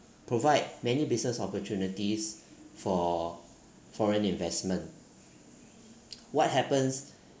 provide many business opportunities for foreign investment what happens